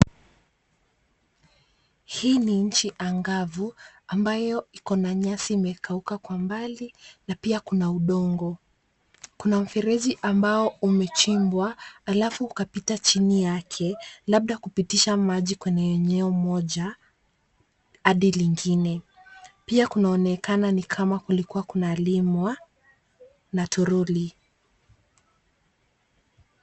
Hii ni nchi angavu ambayo iko na nyasi imekauka kwa mbali na pia kuna. udongo. Kuna mfereji ambao umechimbwa alafu ukapita chini yake labda kupitisha maji kwenye eneo moja hadi lingine, pia kunaonekana ni kama kulikuwa kunalimwa na toroli